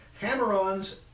Hammer-ons